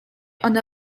one